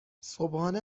صبحانه